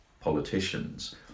politicians